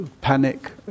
panic